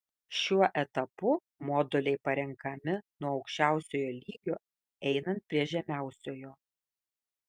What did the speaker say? šiuo etapu moduliai parenkami nuo aukščiausiojo lygio einant prie žemiausiojo